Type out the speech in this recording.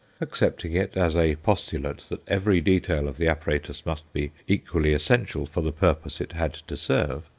accepting it as a postulate that every detail of the apparatus must be equally essential for the purpose it had to serve,